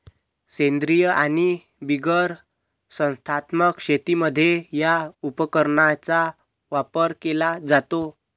सेंद्रीय आणि बिगर संस्थात्मक शेतीमध्ये या उपकरणाचा वापर केला जातो